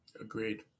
Agreed